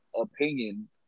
opinion